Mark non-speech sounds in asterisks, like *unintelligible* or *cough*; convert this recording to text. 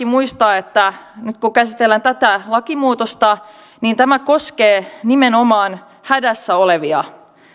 *unintelligible* muistaa että nyt kun käsitellään tätä lakimuutosta niin tämä koskee nimenomaan hädässä olevia